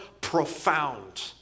profound